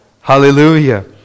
Hallelujah